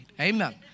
Amen